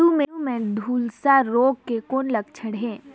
आलू मे झुलसा रोग के कौन लक्षण हे?